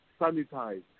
sanitize